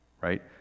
right